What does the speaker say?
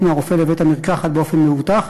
מהרופא לבית-המרקחת, באופן מאובטח,